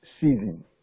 season